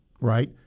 right